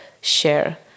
share